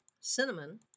cinnamon